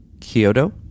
Kyoto